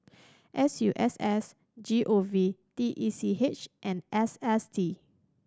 S U S S G O V T E C H and S S T